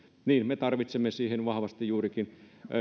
me tarvitsemme siihen vahvasti juurikin